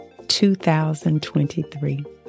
2023